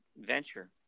venture